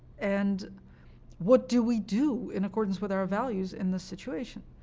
and what do we do in accordance with our values in this situation?